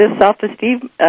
self-esteem